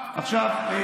עכשיו,